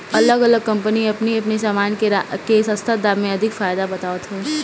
अलग अलग कम्पनी अपनी अपनी सामान के सस्ता दाम में अधिका फायदा बतावत हवे